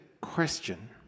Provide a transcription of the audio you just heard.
question